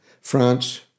France